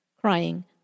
crying